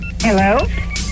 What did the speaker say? Hello